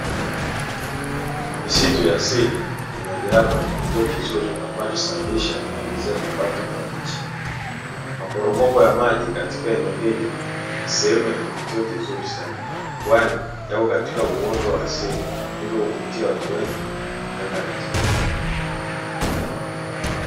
Miaitu ya asili ni mojawapo ya kivutio ambacho husaidia kuingiza kipato kwa nchi, maporomoko ya maji katika eneo hili ni sehemu ya kivutio kizuri sana kwani yapo katika uoto wa asili hivyo huvutia watu wengi kwenda katika eneo hili.